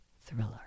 thriller